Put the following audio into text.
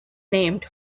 named